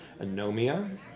Anomia